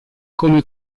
come